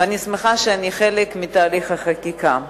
ואני שמחה שאני חלק מתהליך החקיקה.